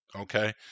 Okay